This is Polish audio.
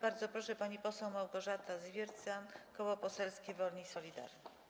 Bardzo proszę, pani poseł Małgorzata Zwiercan, Koło Poselskie Wolni i Solidarni.